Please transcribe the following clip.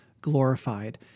glorified